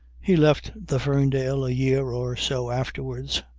he left the ferndale a year or so afterwards,